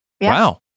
Wow